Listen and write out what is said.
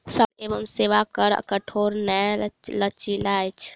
सामान एवं सेवा कर कठोर नै लचीला अछि